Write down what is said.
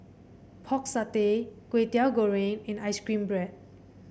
Pork Satay Kway Teow Goreng and ice cream bread